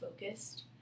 focused